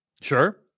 Sure